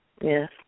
Yes